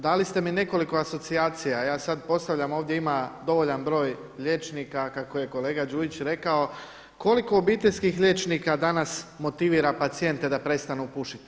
Dali ste mi nekoliko asocijacija, ja sada postavljam ovdje ima dovoljan broj liječnika kako je kolega Đujić rekao, koliko obiteljskih liječnika danas motivira pacijente da prestanu pušiti?